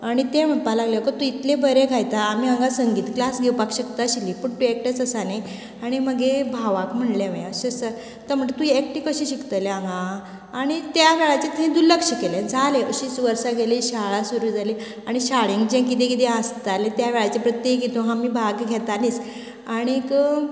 आनी तें म्हणपाक लागले आगो तूं इतले बरें गायता आमी हांगा संगीत क्लास घेवपाक शकता आशिल्लीं पूण तूं एकटेच आसा न्ही आनी मागीर भावाक म्हणले हांवे की अशें अशें तो म्हणटा तूं एकटे कशें शिकतले हांगा आनीक त्या वेळाचेर थंय दुर्लक्ष केले जाले अशींच वर्सां गेली शाळा सुरू जाली आनी शाळेंत जे कितें कितें आसताले त्या वेळाचेर प्रत्येक हेतूंत आमी भाग घेतालींच आनीक